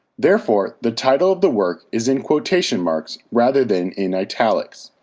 therefore the title of the work is in quotation marks rather than in italics.